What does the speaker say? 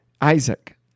isaac